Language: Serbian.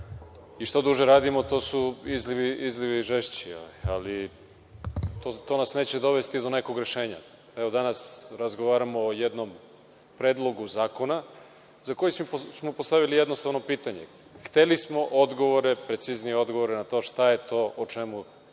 I što duže radimo, to su izlivi žešći, ali to nas neće dovesti do nekog rešenja. Evo, danas razgovaramo o jednom predlogu zakona za koji smo postavili jednostavno pitanje. Hteli smo odgovore, preciznije odgovore na to šta je to o čemu